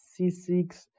c6